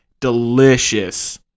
delicious